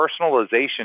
personalization